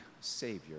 Savior